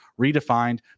redefined